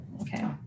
Okay